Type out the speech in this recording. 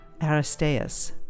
aristeas